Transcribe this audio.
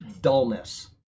dullness